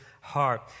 heart